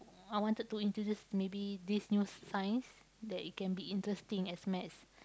I wanted to introduce maybe this new science that it can be interesting as math